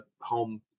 home